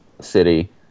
city